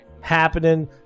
happening